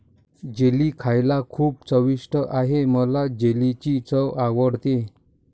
jelly खायला खूप चविष्ट आहे मला जेलीची चव आवडते